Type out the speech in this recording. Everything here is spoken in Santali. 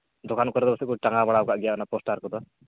ᱫᱚᱠᱟᱱ ᱠᱚᱨᱮ ᱫᱚᱠᱚ ᱴᱟᱸᱜᱟᱣ ᱵᱟᱲᱟᱣᱟᱠᱟᱫ ᱜᱮᱭᱟ ᱚᱱᱟ ᱯᱳᱥᱴᱟᱨ ᱠᱚᱫᱚ